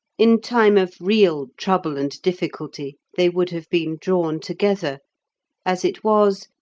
in time of real trouble and difficulty they would have been drawn together as it was,